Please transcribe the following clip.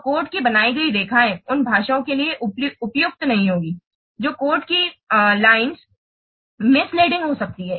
तो कोड की बनाई गई रेखाएं उन भाषाओं के लिए उपयुक्त नहीं होंगी जो कोड की रेखाएं भीमिसलीडिंग हो सकती हैं